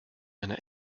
meiner